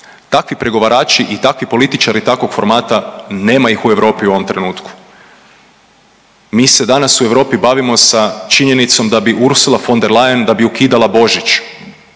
Takvi pregovarači i takvi političari takvog formata nema ih u Europi u ovom trenutku. Mi se danas u Europi bavimo sa činjenicom da bi Ursula von der Leyen da bi ukidala Božić.